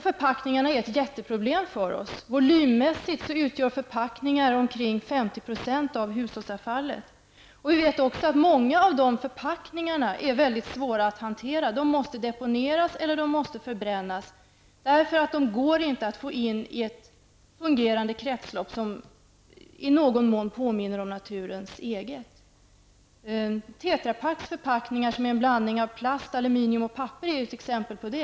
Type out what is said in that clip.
Förpackningarna är ett jätteproblem för oss. av hushållsavfallet. Vi vet också att många av förpackningarna är mycket svåra att hantera. De måste deponeras eller förbrännas, eftersom det inte går att få in dem i ett fungerande kretslopp som i någon mån påminner om naturens eget. Tetrapaks förpackningar, som är en blandning av plast, aluminium och papper, är ett exempel på detta.